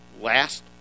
Last